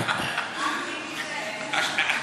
וקנין,